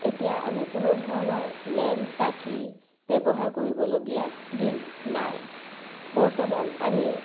এতিয়া আমি কোনো ধৰণৰ লেম চাকি ব্যৱহাৰ কৰিবলগীয়া দিন নাই বৰ্তমান আমি